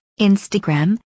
Instagram